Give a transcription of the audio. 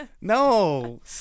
No